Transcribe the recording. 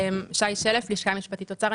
שי שלף, לשכה משפטית, אוצר.